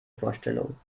vorstellung